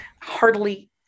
Hardly